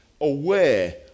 aware